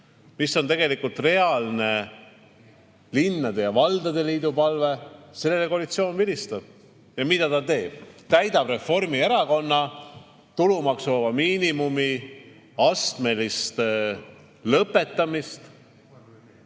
mis on reaalne linnade ja valdade liidu palve – sellele koalitsioon vilistab. Ja mida ta teeb? Täidab Reformierakonna tulumaksuvaba miinimumi astmelise [süsteemi]